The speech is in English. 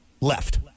left